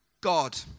God